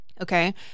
Okay